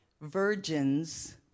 virgins